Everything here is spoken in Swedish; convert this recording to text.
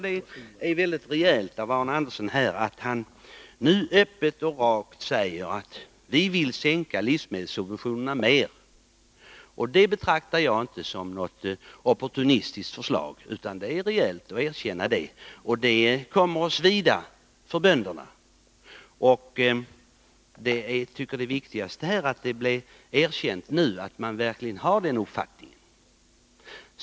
Det är rejält av Arne Andersson att han nu öppet och rakt säger att ”vi vill sänka livsmedelssubventionerna mer”. Det betraktar jag inte som ett opportunistiskt förslag. Det kommer att svida för bönderna, men det är viktigt att det erkänns att man verkligen har den uppfattningen.